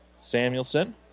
Samuelson